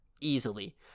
easily